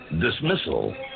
Dismissal